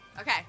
Okay